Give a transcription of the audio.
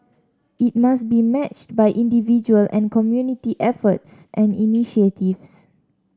it must be matched by individual and community efforts and initiatives